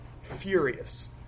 furious